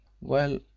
Well